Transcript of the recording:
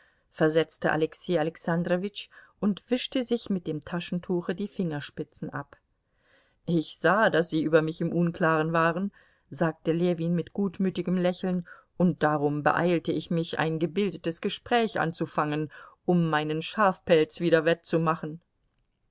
versetzte alexei alexandrowitsch und wischte sich mit dem taschentuche die fingerspitzen ab ich sah daß sie über mich im unklaren waren sagte ljewin mit gutmütigem lächeln und darum beeilte ich mich ein gebildetes gespräch anzufangen um meinen schafpelz wieder wettzumachen